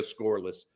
scoreless